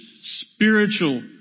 spiritual